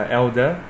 elder